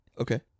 Okay